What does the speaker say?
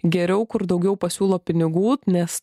geriau kur daugiau pasiūlo pinigų nes